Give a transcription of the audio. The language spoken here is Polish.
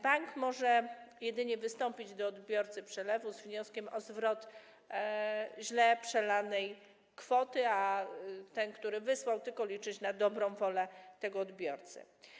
Bank może jedynie wystąpić do odbiorcy przelewu z wnioskiem o zwrot źle przelanej kwoty, a ten, który wysłał, może tylko liczyć na dobrą wolę tego odbiorcy.